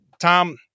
Tom